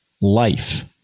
life